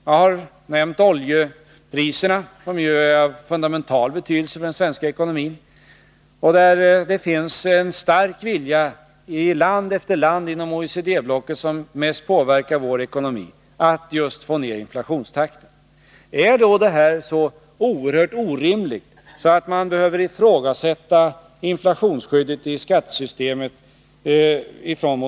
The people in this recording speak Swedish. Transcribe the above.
Jag har nämnt oljepriserna som är av fundamental betydelse för den svenska ekonomin. Det finns en stark vilja i land efter land inom OECD-blocket, som mest påverkar vår ekonomi, att få ner inflationstakten. Är detta så oerhört orimligt att moderata samlingspartiet behöver ifrågasätta inflationsskyddet i skattesystemet?